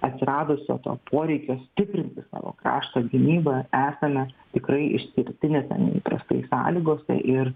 atsiradusio to poreikio stiprinti savo krašto gynybą esame tikrai išskirtinėse neįprastai sąlygose ir